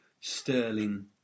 sterling